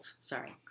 sorry